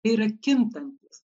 yra kintantis